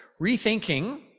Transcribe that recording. Rethinking